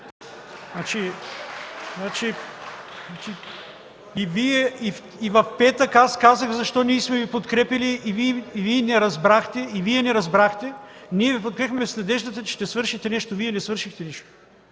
В петък казах защо сме Ви подкрепяли и Вие не разбрахте. Ние Ви подкрепяхме с надеждата, че ще свършите нещо, а Вие не свършихте нищо.